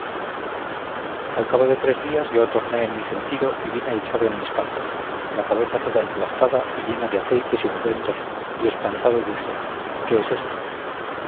cabo de tres días yo torné en mi sentido y vine echado en mis pajas la cabeza toda emplastada y llena de aceites y ungüentos y espantado dije qué es esto